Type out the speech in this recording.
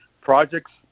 projects